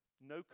no